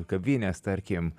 kavinės tarkim